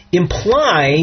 imply